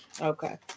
Okay